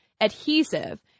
adhesive